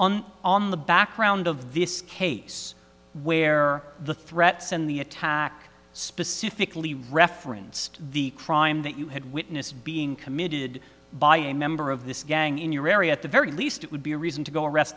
on on the background of this case where the threats and the attack specifically referenced the crime that you had witnessed being committed by a member of this gang in your area at the very least it would be a reason to go